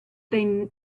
they